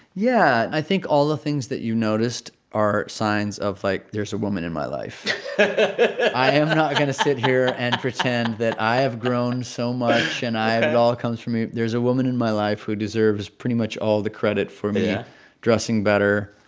yeah. i think all the things that you noticed are signs of, like, there's a woman in my life i am not going to sit here and pretend that i have grown so much, and i it and all comes from me. there's a woman in my life who deserves pretty much all the credit for me dressing better,